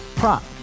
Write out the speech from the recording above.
prop